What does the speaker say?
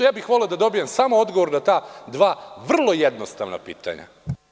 Ja bih voleo da dobijem samo odgovor na ta dva vrlo jednostavna pitanja?